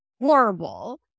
horrible